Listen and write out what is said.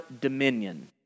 dominion